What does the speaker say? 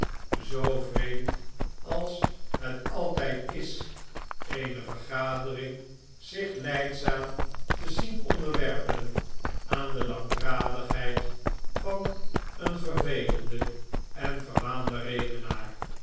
zoo vreemd als het altijd is eene vergadering zich lijdzaam te zien onderwerpen aan de langdradigheid van een vervelenden en verwaanden